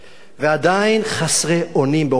ועדיין חסרי אונים באופן מוחלט.